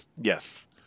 Yes